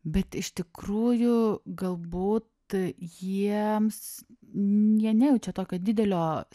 bet iš tikrųjų galbūt jiems jie nejaučia tokio didelio